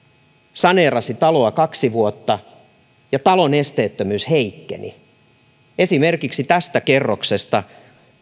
saneerasi taloa kaksi vuotta ja talon esteettömyys heikkeni esimerkiksi tästä kerroksesta